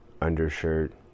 undershirt